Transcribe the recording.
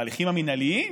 בהליכים המינהלים,